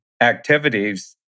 activities